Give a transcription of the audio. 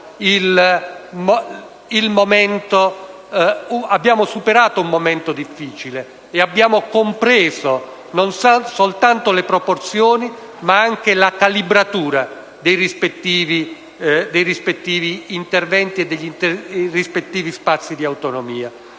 abbiamo superato un momento difficile e abbiamo compreso non soltanto le proporzioni ma anche la calibratura dei rispettivi interventi e dei rispettivi spazi di autonomia.